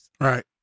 Right